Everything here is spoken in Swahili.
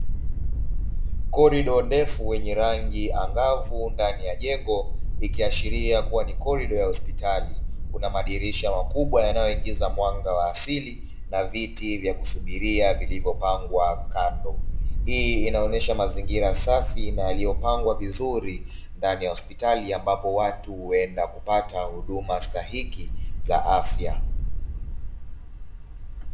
Korido ndefu yenye rangi angavu ndani ya jengo ikiashiria kuwa ni korido ya hospitali, kuna madirisha makubwa yanayoingiza mwanga wa asili na viti vya kusubiria vilivyopangwa kando. Hii inaonyesha mazingira safi na yaliyopangwa vizuri ndani ya hospitali ambapo watu huenda kupata huduma stahiki za afya.